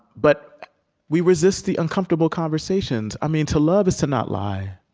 but we resist the uncomfortable conversations. i mean, to love is to not lie.